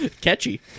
Catchy